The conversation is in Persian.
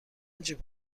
جیب